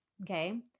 okay